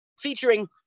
featuring